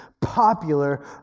popular